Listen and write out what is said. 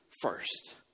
first